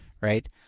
Right